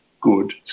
good